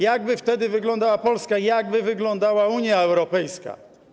Jak by wtedy wyglądała Polska, jak by wyglądała Unia Europejska?